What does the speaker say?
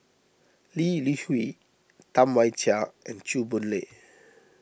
Lee Li Hui Tam Wai Jia and Chew Boon Lay